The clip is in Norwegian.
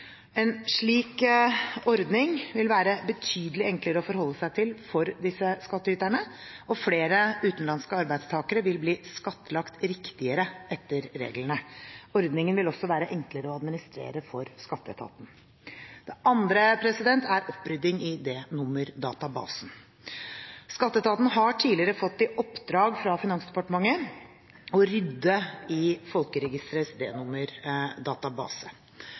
En slik ordning vil være betydelig enklere å forholde seg til for disse skattyterne, og flere utenlandske arbeidstakere vil bli skattlagt riktigere etter reglene. Ordningen vil også være enklere å administrere for skatteetaten. Det andre er opprydding i D-nummerdatabasen. Skatteetaten har tidligere fått i oppdrag fra Finansdepartementet å rydde i Folkeregisterets